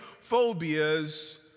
phobias